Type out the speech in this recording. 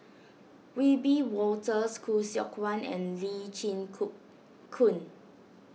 Wiebe Wolters Khoo Seok Wan and Lee Chin Ku Koon